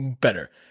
better